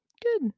Good